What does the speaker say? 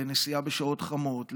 לנסיעה בשעות חמות,